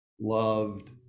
loved